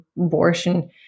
abortion